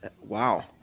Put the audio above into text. wow